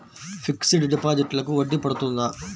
Fixed డిపాజిట్లకు వడ్డీ పడుతుందా?